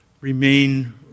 remain